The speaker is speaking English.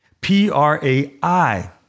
P-R-A-I